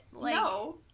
No